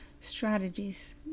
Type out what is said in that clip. strategies